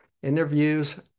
interviews